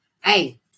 hey